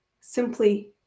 simply